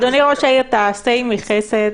אדוני ראש העיר, תעשה עימי חסד.